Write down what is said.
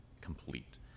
complete